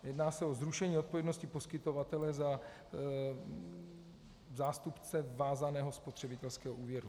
Jedná se o zrušení odpovědnosti poskytovatele za zástupce vázaného spotřebitelského úvěru.